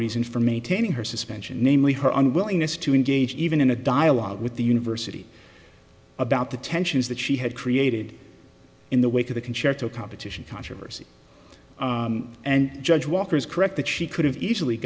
reason for maintaining her suspension namely her unwillingness to engage even in a dialogue with the university about the tensions that she had created in the wake of the concerto competition controversy and judge walker is correct that she could have easily